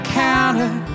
counter